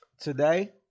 Today